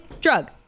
drug